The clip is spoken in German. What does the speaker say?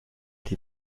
die